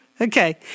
Okay